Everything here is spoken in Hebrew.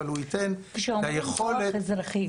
אבל הוא ייתן את היכולת כשאומרים כוח אזרחי,